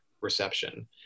reception